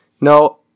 No